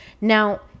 Now